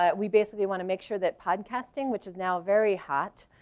ah we basically want to make sure that podcasting, which is now very hot.